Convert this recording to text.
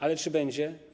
Ale czy będzie?